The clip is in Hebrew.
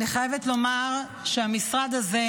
שהמשרד הזה,